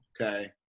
Okay